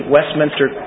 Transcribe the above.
Westminster